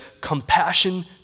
compassion